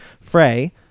Frey